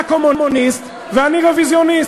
אתה קומוניסט ואני רוויזיוניסט.